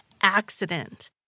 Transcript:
accident